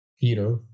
Peter